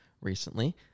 recently